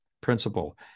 principle